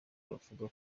aravuga